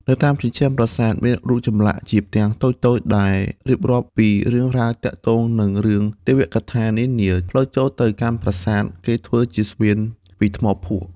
នៅតាមជញ្ជាំងប្រាសាទ មានរូបចម្លាក់ជាផ្ទាំងតូចៗដែលរៀបរាប់ពីរឿងរ៉ាវ ទាក់ទងនឹងរឿងទេវកថានានា ផ្លូវចូលទៅកាន់ប្រាសាទ គេធ្វើជាស្ពានពីថ្មភក់ ។